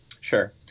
Sure